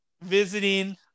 visiting